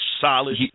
Solid